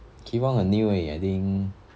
ki fong 很 new 而已 I think